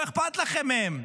לא אכפת לכם מהם.